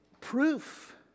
proof